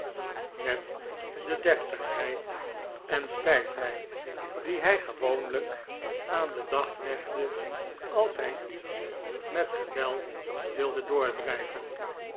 met de deftigheid en stijfheid die hij gewoonlijk aan den dag legde als hij iets met geweld wilde doordrijven